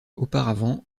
auparavant